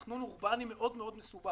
בתכנון אורבני מאוד מאוד מסובך.